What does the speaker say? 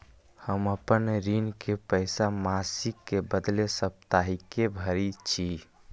हम अपन ऋण के पइसा मासिक के बदले साप्ताहिके भरई छी